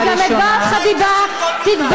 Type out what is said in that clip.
אתה חתיכת שקרן,